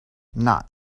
not